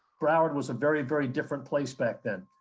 broward was a very very different place back then.